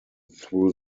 through